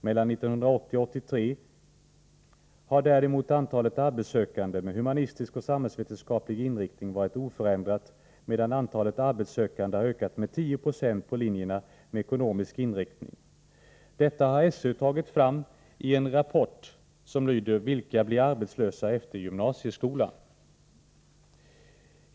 Mellan 1980 och 1983 har däremot antalet arbetssökande med humanistisk-samhällsvetenskaplig inriktning varit oförändrat, medan antalet arbetssökande har ökat med 10 90 pållinjerna med ekonomisk inriktning. Detta har skolöverstyrelsen tagit fram i en rapport, Vilka blir arbetslösa efter gymnasieskolan.